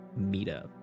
meetup